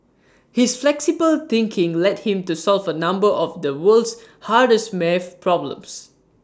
his flexible thinking led him to solve A number of the world's hardest math problems